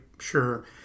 sure